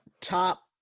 top